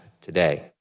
today